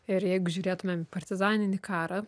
ir jeigu žiūrėtumėm partizaninį karą